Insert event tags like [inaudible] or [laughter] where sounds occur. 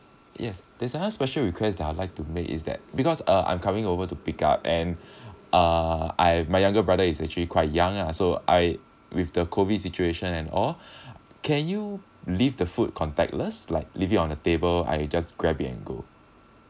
yes there's another special request that I like to make is that because uh I'm coming over to pick up and [breath] uh I my younger brother is actually quite young ah so I with the COVID situation and all [breath] can you leave the food contactless like leave it on the table I just grab it and go